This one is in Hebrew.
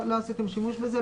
לא עשיתם שימוש לזה.